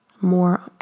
more